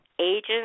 agents